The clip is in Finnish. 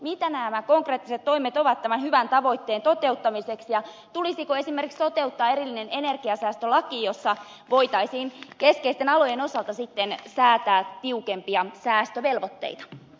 mitä nämä konkreettiset toimet ovat tämän hyvän tavoitteen toteuttamiseksi ja tulisiko esimerkiksi toteuttaa erillinen energiansäästölaki jossa voitaisiin keskeisten alojen osalta sitten säätää tiukempia säästövelvoitteita